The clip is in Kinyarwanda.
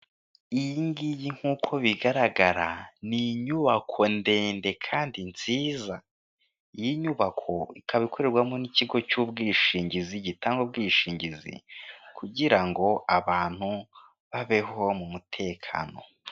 Iyi ngiyi nkuko uko bigaragara ni inyubako ndende kandi nziza yinyubako ikaba ikorerwamo n'ikigo cy ubwishingizi gitanga ubwishingizi kugira ngo abantu babeho mu mutekano.